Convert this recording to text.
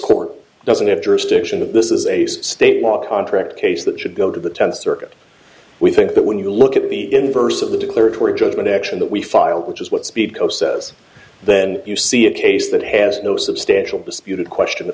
court doesn't have jurisdiction of this is a state law contract case that should go to the tenth circuit we think that when you look at the inverse of the declaratory judgment action that we filed which is what speed co says then you see a case that has no substantial disputed question the